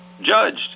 judged